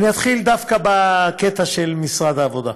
אתחיל דווקא בקטע של משרד העבודה.